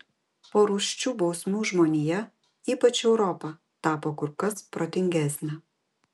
po rūsčių bausmių žmonija ypač europa tapo kur kas protingesnė